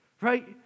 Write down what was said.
right